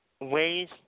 Ways